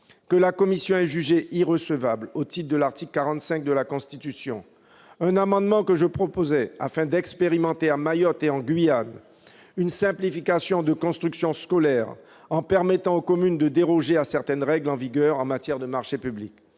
que la commission ait jugé irrecevable, au titre de l'article 45 de la Constitution, un amendement que j'avais déposé. Son objet était d'expérimenter, à Mayotte et en Guyane, une simplification des constructions scolaires, en permettant aux communes de déroger à certaines règles en vigueur en matière de marchés publics.